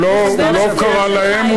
וחבר הסיעה שלך היום הוא לא קרא להם,